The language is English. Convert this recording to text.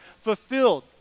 fulfilled